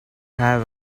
have